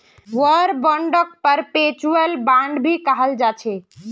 war बांडक perpetual bond भी कहाल जाछे